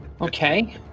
Okay